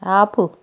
ఆపు